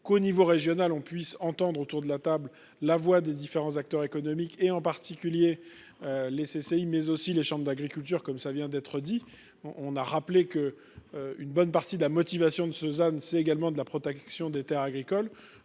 qu'au niveau régional, on puisse entendre autour de la table, la voix des différents acteurs économiques et en particulier. Les CCI mais aussi les chambres d'agriculture comme ça vient d'être dit. On on a rappelé que. Une bonne partie de la motivation de Suzanne c'est également de la protection des Terres agricoles,